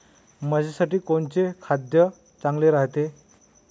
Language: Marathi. म्हशीसाठी कोनचे खाद्य चांगलं रायते?